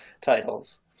titles